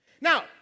Now